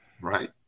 right